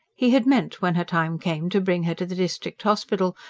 he had meant, when her time came, to bring her to the district hospital.